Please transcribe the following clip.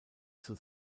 zur